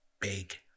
big